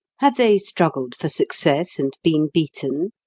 have they struggled for success and been beaten?